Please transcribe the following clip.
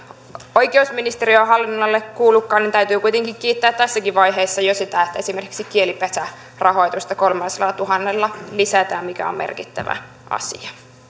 oikeusministeriön hallinnonalalle kuulukaan niin täytyy kuitenkin kiittää tässäkin vaiheessa jo siitä että esimerkiksi kielipesärahoitusta kolmellasadallatuhannella lisätään mikä on merkittävä asia